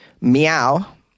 Meow